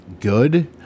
good